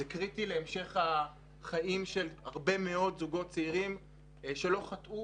זה קריטי להמשך החיים של הרבה מאוד זוגות צעירים שלא חטאו